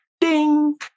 Ding